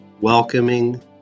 welcoming